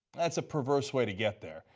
that's a perverse way to get there.